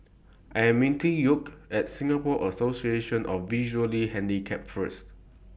I Am meeting Yoel At Singapore Association of The Visually Handicapped First